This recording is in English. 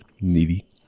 Needy